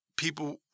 people